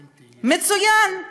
מצוין.